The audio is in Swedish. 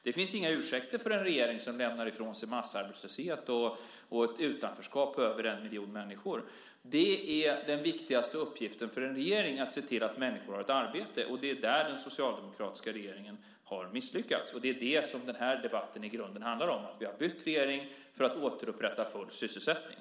Det finns ingen ursäkt för en regering som lämnar efter sig massarbetslöshet och ett utanförskap för över en miljon människor. Den viktigaste uppgiften för en regering är att se till att människor har ett arbete. Det är där den socialdemokratiska regeringen har misslyckats. Det som den här debatten i grunden handlar om är att vi har bytt regering för att återupprätta full sysselsättning.